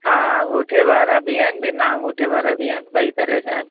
हा अंगूठे वारा बि आहिनि बिना अंगूठे वारा बि आहिनि ॿई तरह जा आहिनि